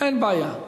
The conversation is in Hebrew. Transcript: אין בעיה.